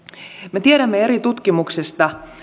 me tiedämme eri tutkimuksista